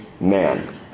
Man